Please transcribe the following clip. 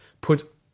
put